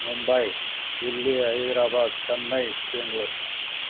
Mumbai Delhi Hyderabad Chennai Bengaluru